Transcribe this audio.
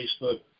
Facebook